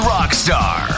Rockstar